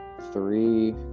Three